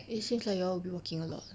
eh seems like you all will be walking a lot